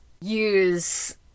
use